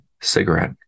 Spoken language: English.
cigarette